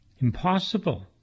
Impossible